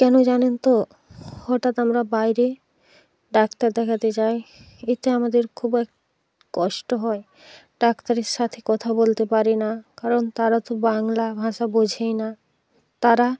কেন জানেন তো হঠাৎ আমরা বাইরে ডাক্তার দেখাতে যাই এতে আমাদের খুব এক কষ্ট হয় ডাক্তারের সাথে কথা বলতে পারি না কারণ তারা তো বাংলা ভাষা বোঝেই না তারা